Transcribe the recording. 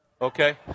okay